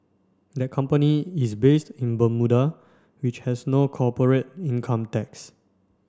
that company is based in Bermuda which has no corporate income tax